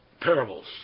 parables